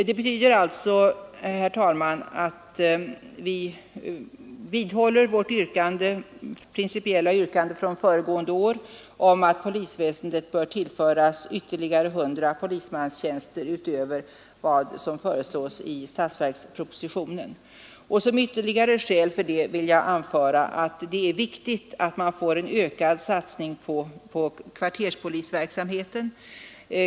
Det betyder alltså, herr talman, att vi vidhåller vårt principiella yrkande från föregående år om att polisväsendet bör tillföras ytterligare 100 polistjänster utöver vad som föreslås i statsverkspropositionen. Som ytterligare skäl för det vill jag anföra att det är viktigt att man får en ökad satsning på kvarterspolisverksamheten.